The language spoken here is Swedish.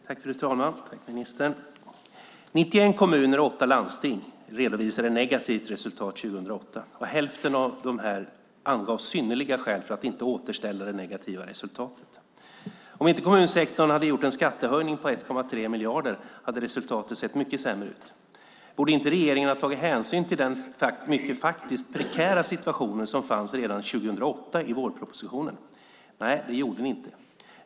Fru talman! Jag tackar ministern för svaret. 91 kommuner och 8 landsting redovisade ett negativt resultat 2008. Hälften av dem angav synnerliga skäl för att inte återställa det negativa resultatet. Om inte kommunsektorn hade gjort en skattehöjning på 1,3 miljarder hade resultatet sett mycket sämre ut. Borde inte regeringen i vårpropositionen ha tagit hänsyn till den faktiskt mycket prekära situation som fanns redan 2008? Nej, det gjorde inte regeringen.